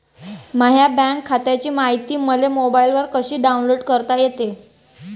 माह्या बँक खात्याची मायती मले मोबाईलवर कसी डाऊनलोड करता येते?